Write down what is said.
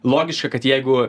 logiška kad jeigu